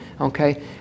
okay